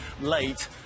late